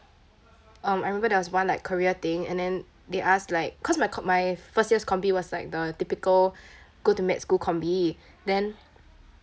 um I remember there was one like career thing and then they ask like cause my co~ my first year's combi was like the typical go to med school combi then